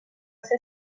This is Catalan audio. ser